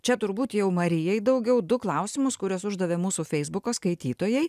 čia turbūt jau marijai daugiau du klausimus kuriuos uždavė mūsų feisbuko skaitytojai